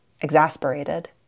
exasperated